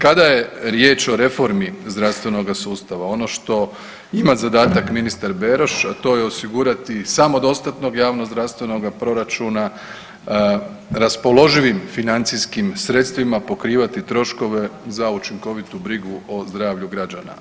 Kada je riječ o reformi zdravstvenoga sustava ono što ima zadatak ministar Beroš, a to je osigurati samodostatnost javnog zdravstvenoga proračuna, raspoloživim financijskim sredstvima pokrivati troškove za učinkovitu brigu o zdravlju građana.